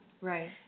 Right